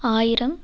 ஆயிரம்